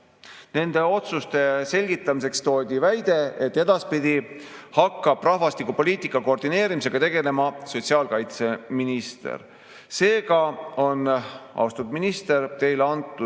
Nende otsuste selgitamiseks toodi väide, et edaspidi hakkab rahvastikupoliitika koordineerimisega tegelema sotsiaalkaitseminister. Seega on, austatud minister, teile pandud